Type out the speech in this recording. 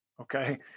okay